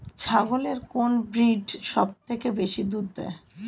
ছাগলের কোন ব্রিড সবথেকে বেশি দুধ দেয়?